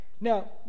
Now